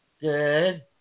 Good